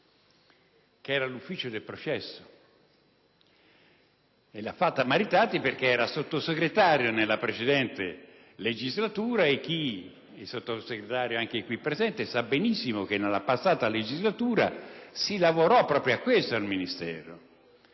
ossia l'ufficio del processo. Il senatore Maritati era Sottosegretario nella precedente legislatura e anche il Sottosegretario qui presente sa benissimo che nella scorsa legislatura si lavorò proprio a questo al Ministero,